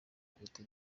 afite